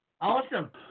Awesome